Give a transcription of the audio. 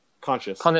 Conscious